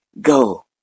go